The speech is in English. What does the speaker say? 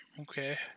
okay